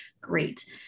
Great